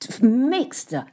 mixed